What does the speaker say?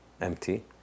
empty